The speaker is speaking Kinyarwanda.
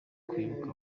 kwibuka